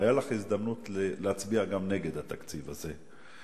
היתה לך הזדמנות להצביע נגד התקציב הזה.